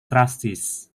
trustees